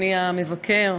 אדוני המבקר,